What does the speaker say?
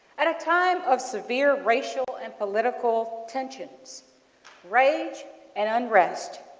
at a time of severe racial and political tension rage and and rest,